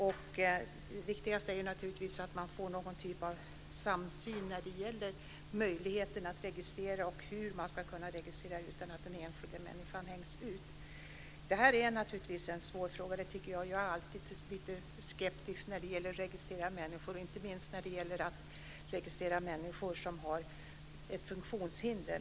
Det viktigaste är naturligtvis att man får någon typ av samsyn när det gäller möjligheten att registrera och hur man ska kunna registrera utan att den enskilda människan hängs ut. Detta är naturligtvis en svår fråga. Jag är alltid lite skeptisk när det gäller att registrera människor, inte minst när det gäller att registrera människor som har ett funktionshinder.